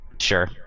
Sure